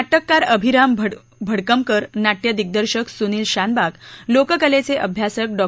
नाटककार अभिराम भडकमकर नाटय दिग्दर्शक सुनील शानबाग लोककलेचे अभ्यासक डॉ